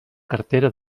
cartera